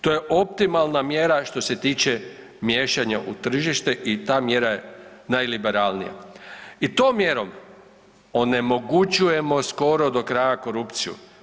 To je optimalna mjera što se tiče miješanja u tržište i ta mjera je najliberalnija i tom mjerom onemogućujemo skoro do kraja korupciju.